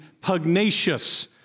pugnacious